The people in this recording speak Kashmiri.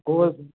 گوٚو حظ